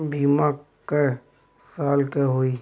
बीमा क साल क होई?